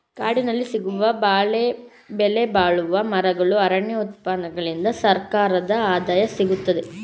ಕಾಡಿನಲ್ಲಿ ಸಿಗುವ ಬೆಲೆಬಾಳುವ ಮರಗಳು, ಅರಣ್ಯ ಉತ್ಪನ್ನಗಳಿಂದ ಸರ್ಕಾರದ ಆದಾಯ ಸಿಗುತ್ತದೆ